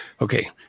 Okay